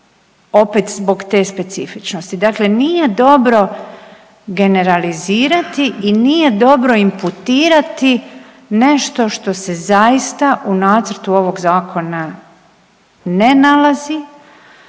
opet zbog te specifičnosti. Dakle, nije dobro generalizirati i nije dobro imputirati nešto što se zaista u nacrtu ovog zakona ne nalazi.